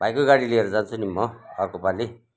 भाइको गाडी लिएर जान्छु नि म अर्कोपालि